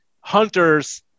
hunters